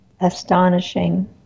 astonishing